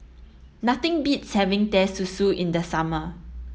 nothing beats having Teh Susu in the summer